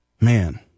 man